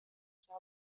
میلیون